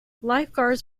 lifeguards